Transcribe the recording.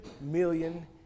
million